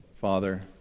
Father